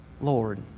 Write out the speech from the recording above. Lord